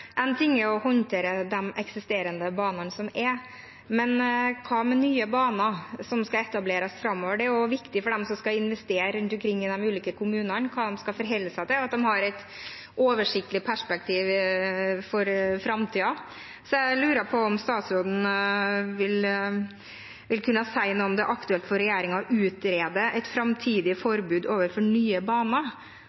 en ting er å håndtere de eksisterende banene, men hva med nye baner som skal etableres framover. Det er viktig for dem som skal investere rundt om i de ulike kommunene, hva de skal forholde seg til, at de har et oversiktlig perspektiv for framtiden. Så jeg lurer på om statsråden kan si noe om det er aktuelt for regjeringen å utrede et framtidig